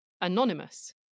Anonymous